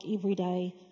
everyday